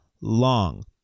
long